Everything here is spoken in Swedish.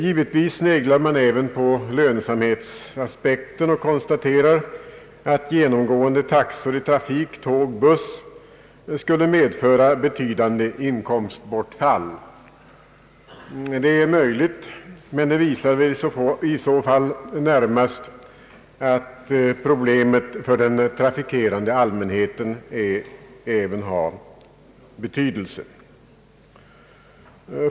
Givetvis sneglar man även på lönsamhetsaspekten och konstaterar att genomgående taxor i trafik tåg— buss skulle medföra betydande inkomstbortfall. Det är möjligt, men det visar i så fall närmast att problemet för den trafikerande allmänheten även har betydelse.